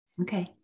Okay